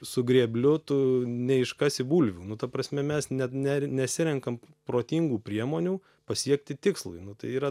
su grėbliu tu neiškasi bulvių nu ta prasme mes net ne nesirenkam protingų priemonių pasiekti tikslui nu tai yra